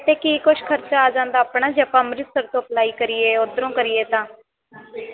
ਅਤੇ ਕੀ ਕੁਝ ਖਰਚਾ ਆ ਜਾਂਦਾ ਆਪਣਾ ਜੇ ਆਪਾਂ ਅੰਮ੍ਰਿਤਸਰ ਤੋਂ ਅਪਲਾਈ ਕਰੀਏ ਉੱਧਰੋਂ ਕਰੀਏ ਤਾਂ